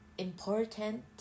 important